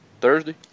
Thursday